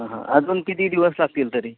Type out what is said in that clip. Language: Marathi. हां हां अजून किती दिवस लागतील तरी